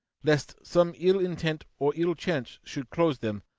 lest some ill-intent or ill-chance should close them,